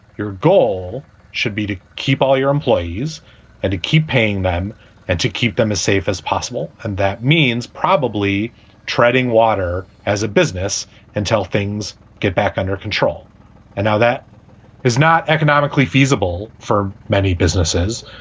your goal should be to keep all your employees and to keep paying them and to keep them as safe as possible. and that means probably treading water as a business until things get back under control and now that is not economically feasible for many businesses,